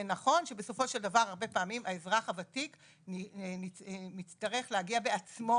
זה נכון שבסופו של דבר הרבה פעמים האזרח הוותיק מצטרך להגיע בעצמו,